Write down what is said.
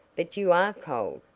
but you are cold!